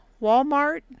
Walmart